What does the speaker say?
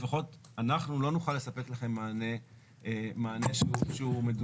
לפחות אנחנו לא נוכל לספק לכם מענה שהוא מדויק.